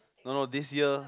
no no this year